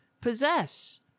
possess